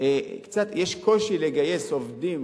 יש קצת קושי לגייס עובדים,